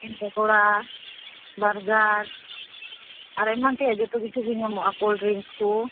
chicken pakora burger ᱟᱨ ᱮᱢᱟᱱ ᱛᱮᱭᱟᱜ ᱡᱚᱛᱚ ᱠᱤᱪᱷᱩ ᱜᱮ ᱧᱟᱢᱚᱜᱼᱟ ᱠᱚᱞᱰᱨᱤᱠᱥ ᱠᱚ